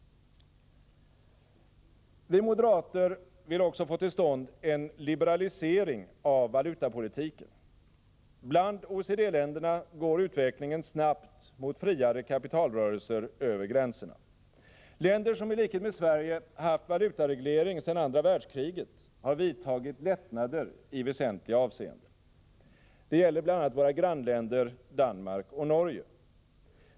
Vi moderater vill också få till stånd en liberalisering av valutapolitiken. Bland OECD-länderna går utvecklingen snabbt mot friare kapitalrörelser över gränserna. Länder som i likhet med Sverige haft valutareglering sedan andra världskriget har vidtagit lättnader i väsentliga avseenden. Det gäller bl.a. våra grannländer Danmark och Norge.